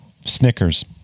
Snickers